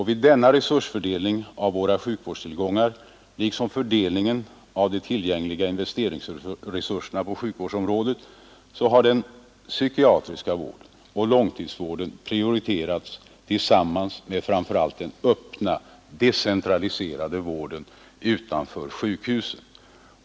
Vid denna resursfördelning av våra sjukvårdstillgångar — liksom vid fördelningen av de tillgängliga investeringsresurserna på sjukvårdsområdet — har den psykiatriska vården och långtidsvården prioriterats tillsammans med framför allt den öppna, decentraliserade vården utanför sjukhusen.